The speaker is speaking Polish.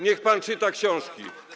Niech pan czyta książki.